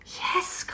Yes